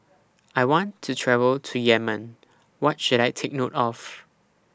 I want to travel to Yemen What should I Take note of